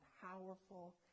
powerful